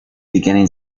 beginning